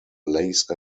lace